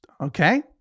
okay